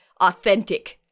authentic